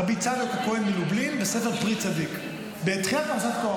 רבי צדוק הכהן מלובלין בספר "פרי צדיק" בתחילת פרשת קרח,